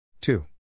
two